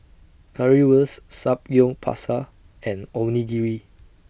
Currywurst Samgyeopsal and Onigiri